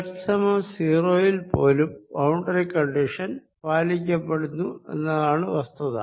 z സമം 0 യിൽ പോലും ബൌണ്ടറി കണ്ടിഷൻ പാലിക്കപ്പെടുന്നു എന്നതാണ് വസ്തുത